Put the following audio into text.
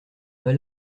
pas